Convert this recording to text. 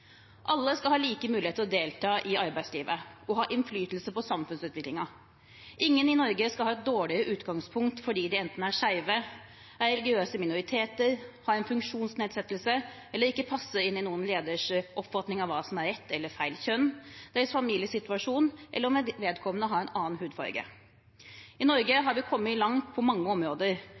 Alle skal ha lik mulighet til å delta i arbeidslivet og til å ha innflytelse på samfunnsutviklingen. Ingen i Norge skal ha et dårligere utgangspunkt fordi de enten er skeive, er religiøse minoriteter, har en funksjonsnedsettelse eller ikke passer inn i noen leders oppfatning av hva som er rett eller feil kjønn, på grunn av deres familiesituasjon, eller om vedkommende har en annen hudfarge. I Norge har vi kommet langt på mange områder.